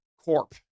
Corp